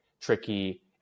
tricky